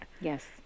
Yes